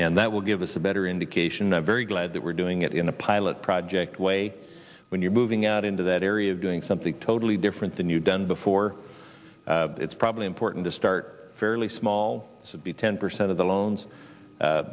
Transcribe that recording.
and that will give us a better indication a very glad that we're doing it in a pilot project way when you're moving out into that area doing something totally different than you done before it's probably important to start fairly small would be ten percent of the loans